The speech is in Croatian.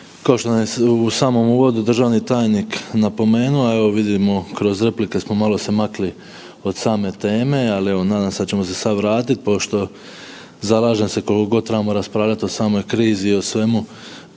kao što nam je u samom uvodu državni tajnik napomenuo, a evo vidimo kroz replike smo malo se makli od same teme, ali nadam se da ćemo se sad vratiti pošto zalažem se koliko god trebamo raspravljati o samoj krizi i o svemu